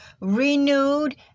renewed